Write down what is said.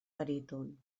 baríton